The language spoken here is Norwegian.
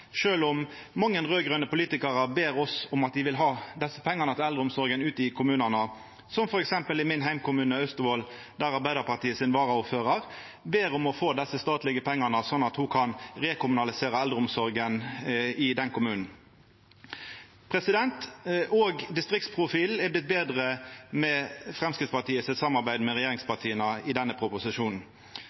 om mange raud-grøne politikarar seier til oss at dei vil ha desse pengane til eldreomsorga ute i kommunane, som f.eks. i min heimkommune, Austevoll, der Arbeidarpartiets varaordførar ber om å få desse statlege pengane, slik at ho kan rekommunalisera eldreomsorga i den kommunen. Òg distriktsprofilen er vorte betre med Framstegspartiets samarbeid med regjeringspartia i denne proposisjonen.